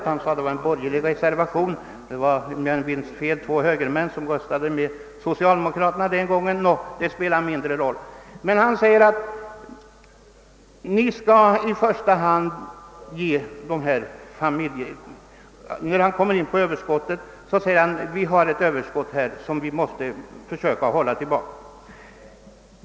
Han sade att det då fanns en borgerlig reservation. Det var om jag inte minns fel två högermän som röstade med so cialdemokraterna, men det spelar mindre roll. Herr Hansson säger i fråga om Överskottet att vi måste försöka hålla det nere.